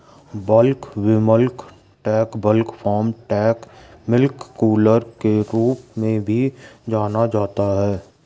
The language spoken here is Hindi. bulk milk tank bulk farm tank milk cooler के रूप में भी जाना जाता है,